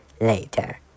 later